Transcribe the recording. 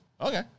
okay